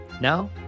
Now